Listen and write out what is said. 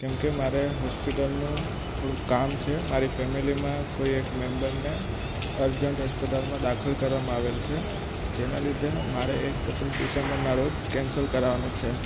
કેમ કે મારે હોસ્પિટલનું થોડુંક કામ છે મારી ફેમેલીમાં કોઈ એક મેમ્બરને અર્જન્ટ હસ્પતાલમાં દાખલ કરવામાં આવેલ છે જેના લીધે મારે એકત્રીસ ડિસેમ્બરના રોજ કેન્સલ કરાવાનું છે